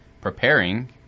preparing